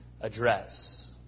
address